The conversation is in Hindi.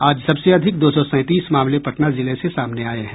आज सबसे अधिक दो सौ सैंतीस मामले पटना जिले से सामने आये हैं